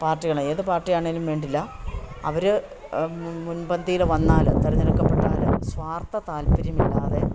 പാർട്ടികൾ ഏതു പാർട്ടിയാണെങ്കിലും വേണ്ടിയില്ല അവർ മുൻപന്തിയിൽ വന്നാൽ തിരഞ്ഞെടുക്കപ്പെട്ടാൽ സ്വാർത്ഥ താല്പര്യമില്ലാതെ